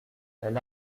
elle